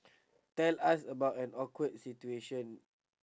tell us about an awkward situation